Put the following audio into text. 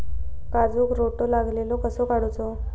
काजूक रोटो लागलेलो कसो काडूचो?